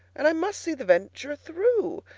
and i must see the venture through.